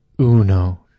Uno